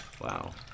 wow